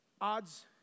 odds